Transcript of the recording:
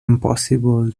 impossible